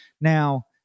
Now